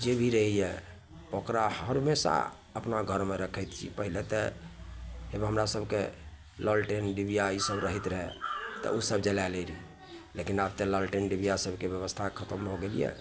जे भी रहैए ओकरा हमेशा अपना घरमे रखैत छी पहले तऽ एगो हमरा सबके लालटेन डिबिआ ईसब रहे रहै तऽ ओ सब जलाए लै रहिए लेकिन आब तऽ लालटेन डिबिआ सबके बेबस्था खतम भऽ गेल यऽ